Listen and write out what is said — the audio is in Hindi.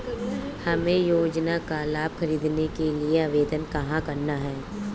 हमें योजना का लाभ ख़रीदने के लिए आवेदन कहाँ करना है?